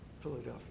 Philadelphia